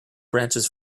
branches